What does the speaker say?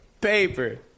Paper